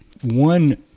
One